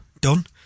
done